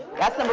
that's number